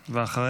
ואחריה,